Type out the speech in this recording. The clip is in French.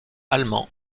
allemand